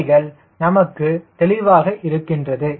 இவைகள் நமக்கு தெளிவாக இருக்கின்றது